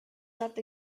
left